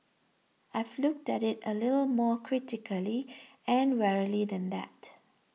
I've looked at it a little more critically and warily than that